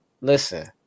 listen